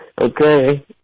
Okay